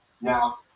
Now